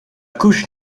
couche